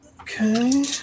Okay